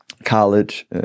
college